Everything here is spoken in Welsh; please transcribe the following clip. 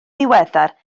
ddiweddar